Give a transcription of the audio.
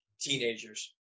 teenagers